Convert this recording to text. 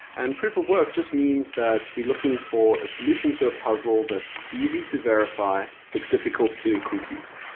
and proof of work just means that we're looking for a solution to a puzzle that's easy to verify, but difficult to compute.